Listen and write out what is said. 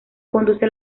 conduce